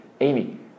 Amy